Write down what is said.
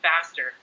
faster